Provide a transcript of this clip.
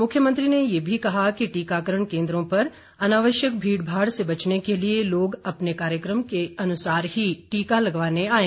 मुख्यमंत्री ने यह भी कहा कि टीकाकरण केंद्रों पर अनावश्यक भीड़भाड़ से बचने के लिए लोग अपने कार्यक्रम के अनुसार ही टीका लगवाने आएं